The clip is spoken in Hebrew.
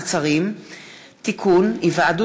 הודעות